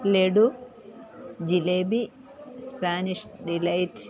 laddu jalebi Spanish delight